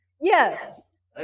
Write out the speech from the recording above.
Yes